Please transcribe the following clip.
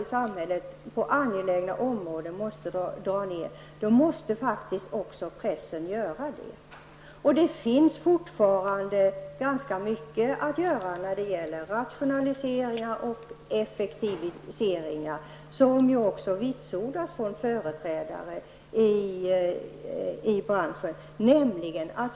När man på alla andra angelägna områden i samhället måste dra ned, måste faktiskt också pressen göra det. Det finns fortfarande ganska mycket att göra när det gäller rationaliseringar och effektiviseringar, vilket ju också vitsordas av företrädare för branschen.